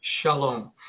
shalom